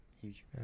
Huge